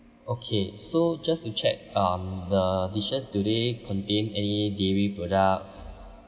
okay so just to check um the dishes do they contain any dairy products